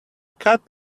cat